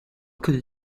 could